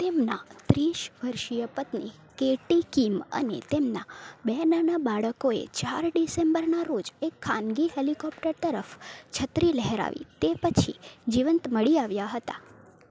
તેમનાં ત્રીસ વર્ષીય પત્ની કેટી કિમ અને તેમના બે નાના બાળકોએ ચાર ડિસેમ્બરના રોજ એક ખાનગી હેલિકોપ્ટર તરફ છત્રી લહેરાવી તે પછી જીવંત મળી આવ્યા હતા